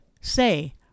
say